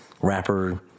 rapper